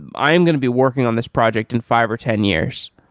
i am going to be working on this project in five or ten years.